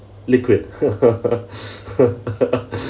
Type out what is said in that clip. liquid